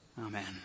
Amen